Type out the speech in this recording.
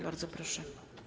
Bardzo proszę.